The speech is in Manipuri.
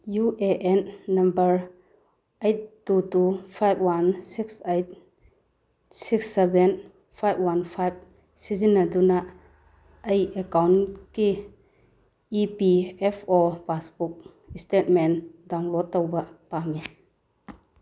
U A N number eight two two five one six eight six seven five one five ꯁꯤꯖꯤꯟꯅꯗꯨꯅ ꯑꯩ ꯑꯦꯀꯥꯎꯟꯀꯤ E P F O passbook statement download ꯇꯧꯕ ꯄꯥꯝꯃꯤ